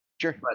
Sure